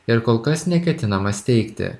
ir kol kas neketinama steigti